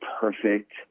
perfect